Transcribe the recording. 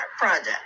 project